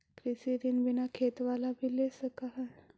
कृषि ऋण बिना खेत बाला भी ले सक है?